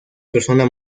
persona